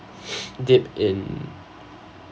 dip in